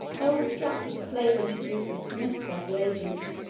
i was struck with the flagrant abuses committed by the agent,